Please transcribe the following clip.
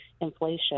inflation